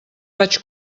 vaig